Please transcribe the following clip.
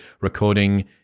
recording